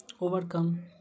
overcome